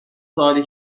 سوالی